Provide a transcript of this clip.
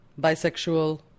bisexual